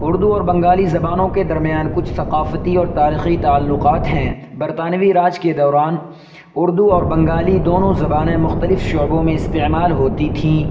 اردو اور بنگالی زبانوں کے درمیان کچھ ثقافتی اور تاریخی تعلقات ہیں برطانوی راج کے دوران اردو اور بنگالی دونوں زبانیں مختلف شعبوں میں استعمال ہوتی تھیں